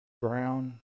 brown